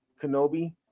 Kenobi